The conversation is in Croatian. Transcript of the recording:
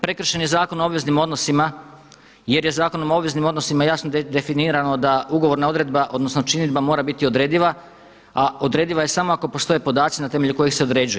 Prekršen je Zakon o obveznim odnosima, jer je Zakonom o obveznim odnosima jasno definirano da ugovorna odredba, odnosno činidba mora biti odrediva, a odrediva je samo ako postoje podaci n a temelju kojih se određuje.